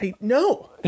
no